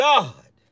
God